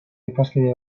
ikaskide